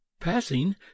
passing